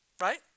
right